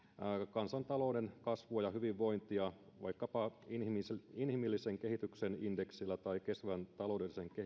kansantalouden kasvua ja hyvinvointia vaikkapa inhimillisen inhimillisen kehityksen indeksillä tai kestävän taloudellisen